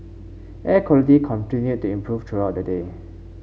air quality continued to improve throughout the day